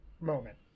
moment